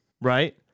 right